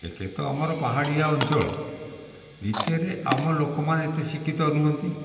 ଏକରେ ତ ଆମର ପାହାଡ଼ିଆ ଅଞ୍ଚଳ ଦ୍ୱିତୀୟରେ ଆମ ଲୋକମାନେ ଏତେ ଶିକ୍ଷିତ ନୁହଁନ୍ତି